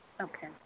Okay